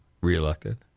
reelected